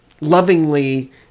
lovingly